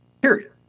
Period